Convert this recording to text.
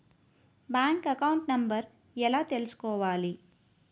Bank account number ఎలా తీసుకోవాలి?